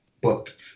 book